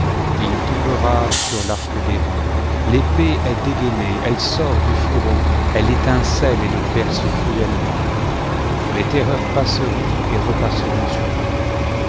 il tombera sur l'arc d'airain l'épée est dégainée elle sort du fourreau elle étincelle et le perce cruellement les terreurs passeront et repasseront sur lui